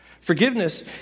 Forgiveness